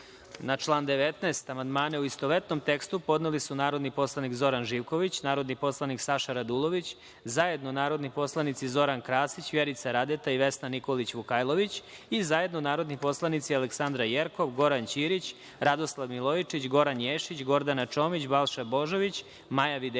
član 20. amandmane, u istovetnom tekstu, podneli su narodni poslanik Zoran Živković, narodni poslanik Saša Radulović, zajedno narodni poslanici Zoran Krasić, Vjerica Radeta i Jovo Ostojić i zajedno narodni poslanici Aleksandra Jerkov, Goran Ćirić, Radoslav Milojičić, Goran Ješić, Gordana Čomić, Balša Božović, Maja Videnović,